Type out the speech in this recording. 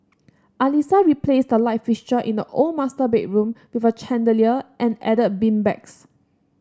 Alissa replaced the light fixture in the old master bedroom with a chandelier and added beanbags